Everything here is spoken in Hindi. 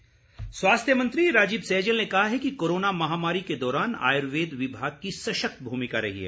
सैजल स्वास्थ्य मंत्री राजीव सैजल ने कहा है कि कोरोना महामारी के दौरान आयुर्वेद विभाग की सशक्त भूमिका रही है